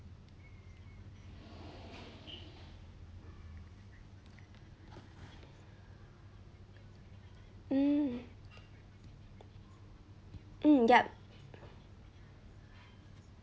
mm mm yup